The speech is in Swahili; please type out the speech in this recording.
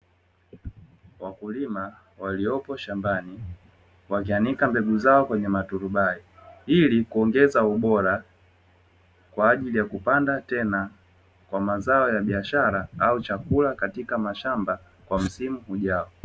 Wakulima walioko shambani, wakianika mbegu zao kwenye maturubai, ili kuongeza ubora kwa ajili ya kupanda tena, kwa mazao ya biashara au chakula katika mashamba kwa msimu ujao.